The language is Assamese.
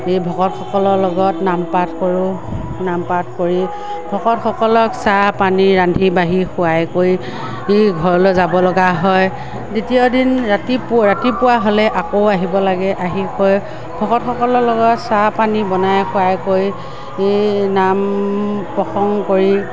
ভকতসকলৰ লগত নামপাঠ কৰোঁ নামপাঠ কৰি ভকতসকলক চাহ পানী ৰান্ধি বাঢ়ি খুৱাই কৰি ঘৰলৈ যাব লগা হয় দ্বিতীয়দিন ৰাতিপুৱা হ'লে আকৌ আহিব লাগে আহি কৈ ভকতসকলৰ লগত চাহ পানী বনাই খুৱাই কৰি নাম প্ৰসঙ্গ কৰি